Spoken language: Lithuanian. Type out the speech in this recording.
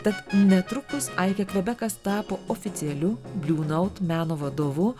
tad netrukus aikė kvebekas tapo oficialiu bliu naut meno vadovu